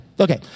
Okay